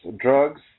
drugs